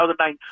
2009